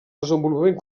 desenvolupament